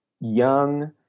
young